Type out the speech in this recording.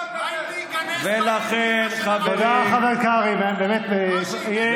חברי הכנסת.